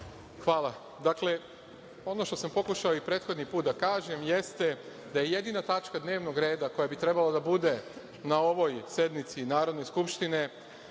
Hvala. Dakle, ono što sam pokušao i prethodni put da kažem jeste da jedina tačka dnevnog reda koja bi trebalo da bude na ovoj sednici Narodne skupštine